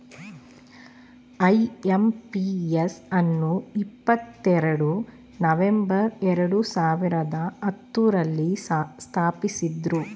IMPS ಅನ್ನು ಇಪ್ಪತ್ತೆರಡು November ಎರಡು ಸಾವಿರದ ಹತ್ತುರಲ್ಲಿ ಸ್ಥಾಪಿಸಿದ್ದ್ರು